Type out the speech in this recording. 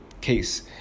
case